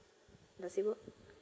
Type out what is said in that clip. now say what